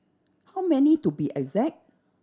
how many to be exact